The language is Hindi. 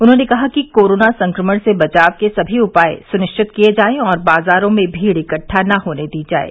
उन्होंने कहा कि कोरोना संक्रमण से बचाव के सभी उपाय सुनिश्चित किए जाएं और बाजारों में भीड़ इकट्ठा न होने दी जाये